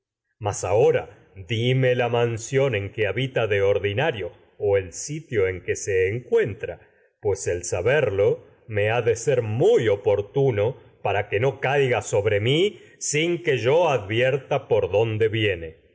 mas ahora dime o la mansión en que habita de ordidario el sitio en que se encuentra pues el saberlo me ha de ser muy oportuno para que no caiga sobre mí sin que yo advierta por dónde viene